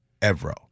Evro